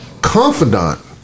Confidant